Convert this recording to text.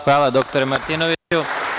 Hvala dr Martinoviću.